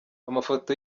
amafoto